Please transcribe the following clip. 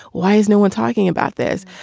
why is no one talking about this?